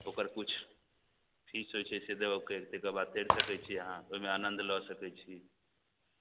ओकर किछु फीस होइ छै से देबऽ करि तैके बाद तैर सकय छी अहाँ ओइमे आनन्द लअ सकय छी